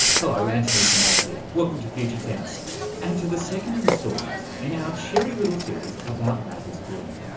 hello, antony funnell here, welcome to future tense and to the second instalment in our cheery little series about matters grim.